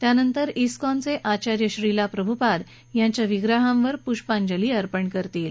त्यानंतर प्रधानमंत्री डिकॉनचे आचार्य श्रीला प्रभूपाद यांच्या विग्रहांवर पुष्पांजली अर्पण करतील